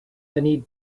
any